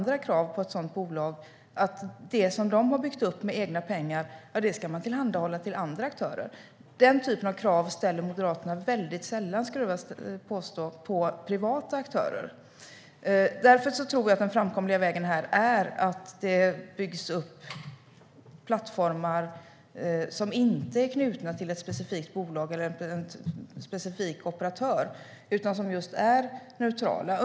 Det som de har byggt upp med andra pengar ska de tydligen tillhandahålla till andra aktörer. Den typen av krav ställer Moderaterna sällan, skulle jag vilja påstå, på privata aktörer. Därför tror jag att den framkomliga vägen är att det byggs upp plattformar som inte är knutna till ett specifikt bolag eller en specifik operatör utan som är just neutrala.